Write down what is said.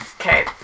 Okay